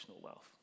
wealth